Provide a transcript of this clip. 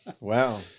Wow